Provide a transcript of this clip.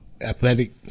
athletic